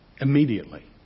immediately